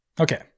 Okay